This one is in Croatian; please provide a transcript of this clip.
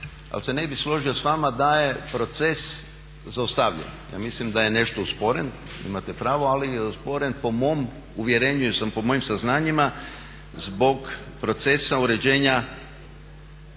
ali se ne bih složio s vama da je proces zaustavljen. Ja mislim da je nešto usporen, imate pravo, ali je usporen po mom uvjerenju i saznanjima zbog procesa uređenja